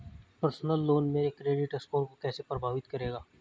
Personal loan मेरे credit score को कैसे प्रभावित करेगा?